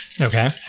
Okay